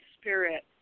spirit